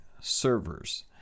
servers